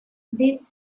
this